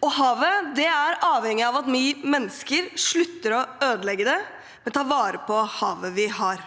og havet er avhengig av at vi mennesker slutter å ødelegge det og tar vare på havet vi har.